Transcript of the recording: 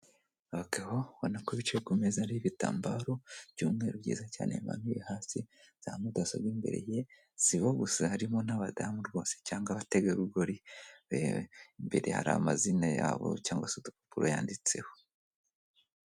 Abagabo ubona ko bicaye ku meza ariho ibitambaro by'umweru byiza cyane bimanuye hasi, za mudasobwa imbere ye sibo gusa harimo n'abadamu rwose cyangwa abategarugori imbere hari amazina yabo cyangwa se udupapuro yanditseho.